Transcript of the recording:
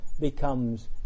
becomes